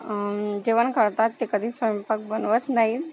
जेवण करतात ते कधीच स्वयंपाक बनवत नाहीत